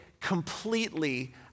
completely